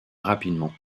rapidement